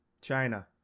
China